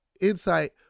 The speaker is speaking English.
insight